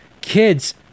kids